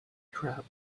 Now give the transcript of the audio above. trap